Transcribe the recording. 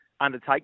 undertake